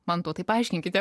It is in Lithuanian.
mantautai paaiškinkite